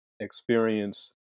experience